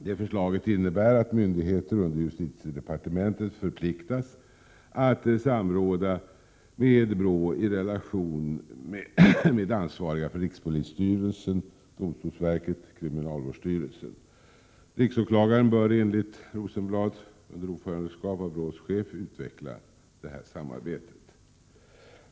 Det förslaget innebär att myndigheter under justitiedepartementet förpliktigas att samråda med BRÅ i relation med ansvariga för rikspolisstyrelsen, domstolsverket och kriminalvårdsstyrelsen. Riksåklagaren bör enligt Rosenblad under ordförandeskap av BRÅ:s chef utveckla detta samarbete.